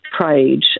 trade